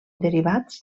derivats